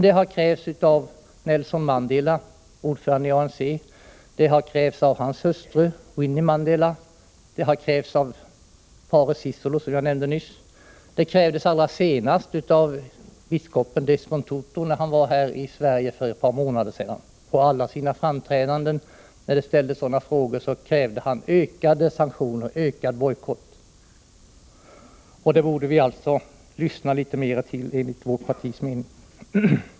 Det har krävts av Nelson Mandela, ordförande i ANC, och av hans hustru Winnie Mandela. Det har krävts av paret Sisulu, som jag nämnde nyss. Det krävdes senast av biskop Desmond Tutu, när han var här i Sverige för ett par månader sedan. Vid alla sina framträdande krävde han ökade sanktioner och ökad bojkott. Det borde man lyssna litet mera till, enligt vårt partis mening.